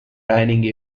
dining